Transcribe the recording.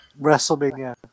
WrestleMania